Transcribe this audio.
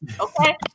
Okay